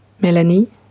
Melanie